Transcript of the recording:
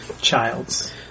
Childs